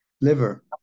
liver